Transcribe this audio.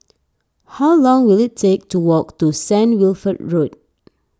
how long will it take to walk to Saint Wilfred Road